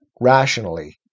rationally